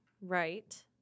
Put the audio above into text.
Right